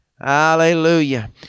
Hallelujah